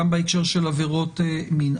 גם בהקשר של עבירות מין.